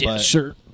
Sure